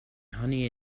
honey